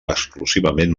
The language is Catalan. exclusivament